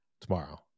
tomorrow